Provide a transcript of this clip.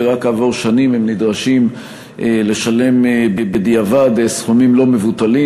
ורק כעבור שנים הם נדרשים לשלם בדיעבד סכומים לא מבוטלים,